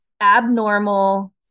abnormal